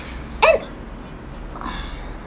and